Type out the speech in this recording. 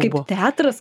kaip teatras